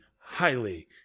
highly